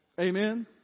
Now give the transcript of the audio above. Amen